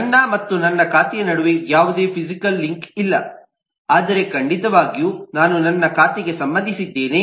ನನ್ನ ಮತ್ತು ನನ್ನ ಖಾತೆಯ ನಡುವೆ ಯಾವುದೇ ಫಿಸಿಕಲ್ ಲಿಂಕ್ ಇಲ್ಲ ಆದರೆ ಖಂಡಿತವಾಗಿಯೂ ನಾನು ನನ್ನ ಖಾತೆಗೆ ಸಂಬಂಧಿಸಿದ್ದೇನೆ